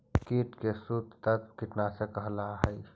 कीट के शत्रु तत्व कीटनाशक कहला हई